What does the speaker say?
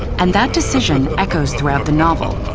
and that decision echoes throughout the novel,